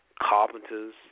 carpenters